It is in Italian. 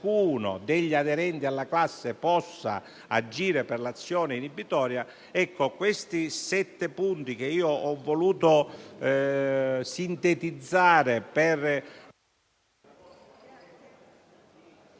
degli aderenti alla classe possa agire per l'azione inibitoria. Ecco, questi sette punti, che ho voluto sintetizzare per